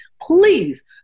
Please